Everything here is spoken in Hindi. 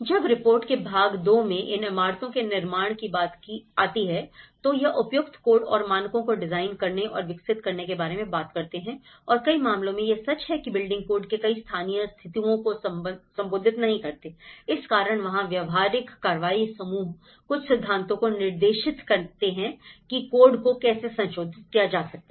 जब रिपोर्ट के भाग 2 मैं इन इमारतों के निर्माण की बात आती है तो यह उपयुक्त कोड और मानकों को डिजाइन करने और विकसित करने के बारे में बात करते हैं और कई मामलों में यह सच है कि बिल्डिंग कोड के कई स्थानीय स्थितियों को संबोधित नहीं करते इस कारण वहां व्यावहारिक कार्रवाई समूह कुछ सिद्धांतों को निर्देशित करते हैं कि कोड को कैसे संशोधित किया जा सकता है